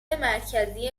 مرکزی